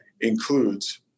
includes